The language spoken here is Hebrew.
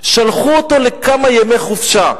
שלחו אותו לכמה ימי חופשה.